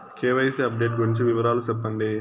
KYC update గురించి వివరాలు సెప్పండి?